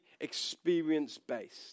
experience-based